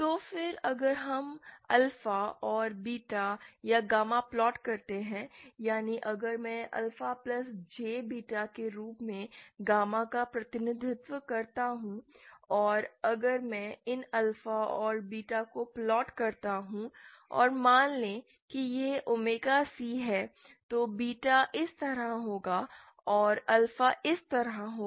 तो फिर अगर हम अल्फा और बीटा या गामा प्लॉट करते हैं यानी अगर मैं अल्फा प्लस J बीटा के रूप में गामा का प्रतिनिधित्व करता हूं और अगर मैं इन अल्फा और बीटा को प्लॉट करता हूं और मान लें कि यह ओमेगा C है तो बीटा इस तरह होगा और अल्फा इस तरह होगा